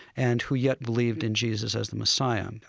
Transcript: and who yet believed in jesus as the messiah. um